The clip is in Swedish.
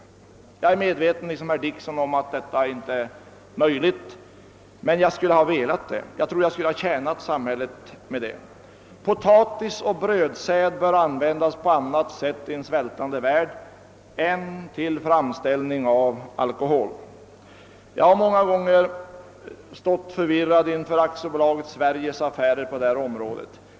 Jag är liksom herr Dickson medveten om att detta inte är möjligt, men jag skulle önskat att så vore fallet, ty jag tror det hade tjänat samhället. Potatis och brödsäd bör användas på annat sätt i en svältande värld än till framställning av alkohol. Jag har många gånger stått förvirrad inför AB Sveriges affärer på detta område.